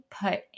put